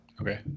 okay